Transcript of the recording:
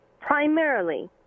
primarily